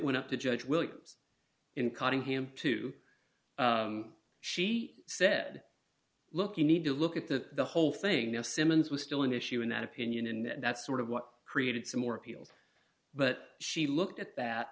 went up to judge williams in cottingham two she said look you need to look at that the whole thing of simmons was still an issue in that opinion and that's sort of what created some more appeals but she looked at that